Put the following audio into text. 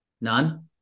None